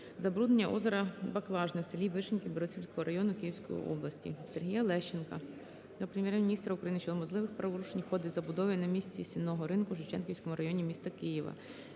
забруднення озера Баклажне в селі Вишеньки Бориспільського району Київської області. Сергія Лещенка до Прем'єр-міністра України щодо можливих правопорушень у ході забудови на місці "Сінного ринку" у Шевченківському районі міста Києва.